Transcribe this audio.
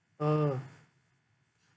ah